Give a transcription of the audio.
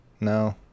no